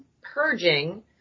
purging